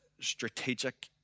strategic